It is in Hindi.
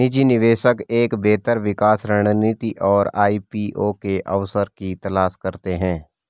निजी निवेशक एक बेहतर निकास रणनीति और आई.पी.ओ के अवसर की तलाश करते हैं